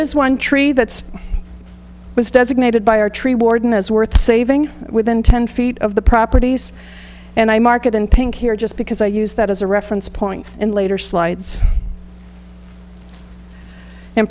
is one tree that's was designated by our tree warden as worth saving within ten feet of the properties and i market in pink here just because i use that as a reference point in later slides in